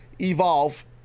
Evolve